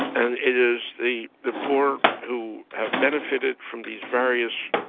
and it is the the poor who have benefited from these various,